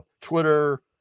Twitter